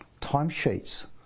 Timesheets